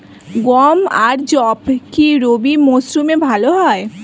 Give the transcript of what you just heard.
গম আর যব কি রবি মরশুমে ভালো হয়?